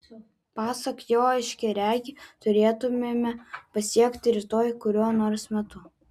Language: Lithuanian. pasak jo aiškiaregį turėtumėme pasiekti rytoj kuriuo nors metu